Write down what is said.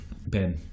Ben